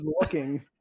looking